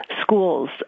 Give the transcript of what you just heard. schools